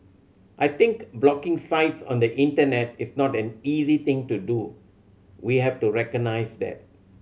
I think blocking sites on the Internet is not an easy thing to do we have to recognise that